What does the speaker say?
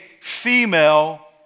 female